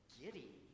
giddy